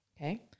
Okay